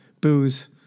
Booze